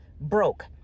broke